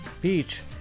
Beach